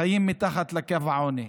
חיים מתחת לקו העוני,